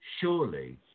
Surely